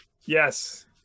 Yes